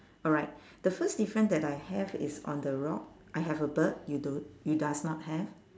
alright the first difference that I have is on the rock I have a bird you do you does not have